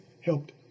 helped